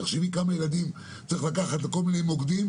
תחשבי כמה ילדים צריך לקחת לכל מיני מוקדים,